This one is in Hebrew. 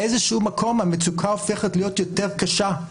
באיזשהו מקום המצוקה הופכת להיות יותר קשה,